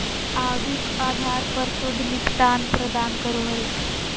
आवधिक आधार पर शुद्ध निपटान प्रदान करो हइ